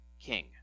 king